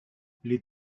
les